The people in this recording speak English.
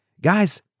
guys